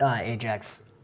Ajax